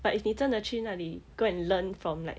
but if 你真的去哪里 go and learn from like